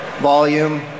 volume